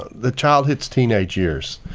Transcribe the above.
the child hits teenage years,